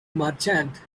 merchant